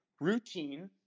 routine